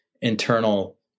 internal